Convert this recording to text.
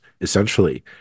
essentially